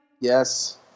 Yes